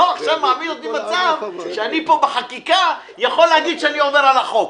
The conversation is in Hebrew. עכשיו מביא אותי למצב שאני פה בחקיקה יכול להגיד שאני עובר על החוק.